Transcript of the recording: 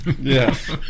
Yes